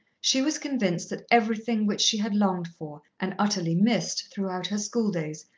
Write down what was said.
she was convinced that everything which she had longed for, and utterly missed, throughout her schooldays,